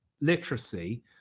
literacy